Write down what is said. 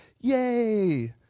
Yay